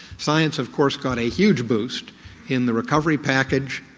science of course got a huge boost in the recovery package,